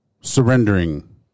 surrendering